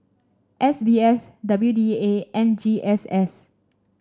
S B S W D A and G S S